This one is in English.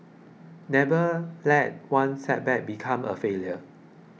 never let one setback become a failure